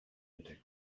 der